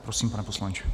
Prosím, pane poslanče.